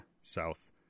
South